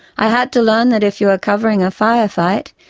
i had to learn that if you are covering a firefight,